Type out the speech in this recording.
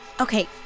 Okay